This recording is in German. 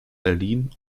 berlin